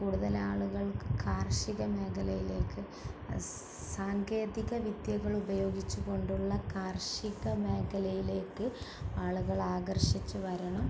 കൂടുതൽ ആളുകൾക്ക് കാർഷിക മേഖലയിലേക്ക് സാങ്കേതികവിദ്യകളുപയോഗിച്ചുകൊണ്ടുള്ള കാർഷിക മേഖലയിലേക്ക് ആളുകൾ ആകർഷിച്ചുവരണം